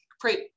create